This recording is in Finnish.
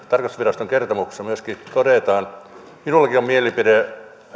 tarkastusviraston kertomuksessa myöskin todetaan minullakin on mielipide